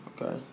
Okay